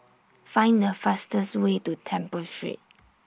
Find The fastest Way to Temple Street